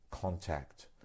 contact